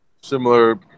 similar